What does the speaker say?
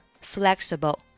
flexible